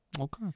Okay